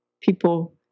people